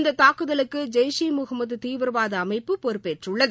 இந்த தாக்குதலுக்கு ஜெய்ஷே ஈ முகமது தீவிரவாத அமைப்பு பொறுப்பேற்றுள்ளது